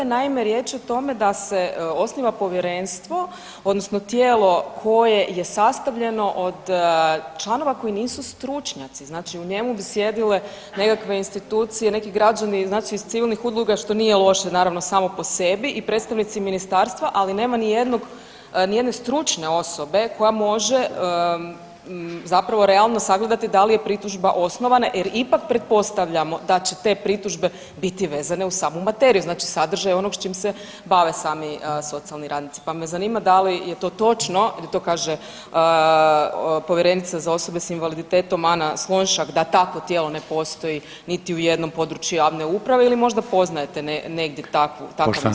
Naime, riječ je o tome da se osniva povjerenstvo odnosno tijelo koje je sastavljeno od članova koji nisu stručnjaci, znači u njemu bi sjedile nekakve institucije, neki građani znači iz civilnih udruga što nije loše naravno samo po sebi i predstavnici ministarstva, ali nema nijednog, nijedne stručne osobe koja može zapravo realno sagledati da li je pritužba osnovana jer ipak pretpostavljamo da će te pritužbe biti vezane uz samu materiju, znači sadržaj onog s čim se bave sami socijalni radnici, pa me zanima da li je to točno jer to kaže povjerenica za osobe s invaliditetom Ana Slonjšak da takvo tijelo ne postoji niti u jednom području javne uprave ili možda poznajete negdje takvu, takav institut?